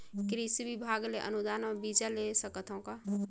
कृषि विभाग ले अनुदान म बीजा ले सकथव का?